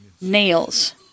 nails